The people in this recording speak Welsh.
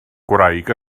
gwraig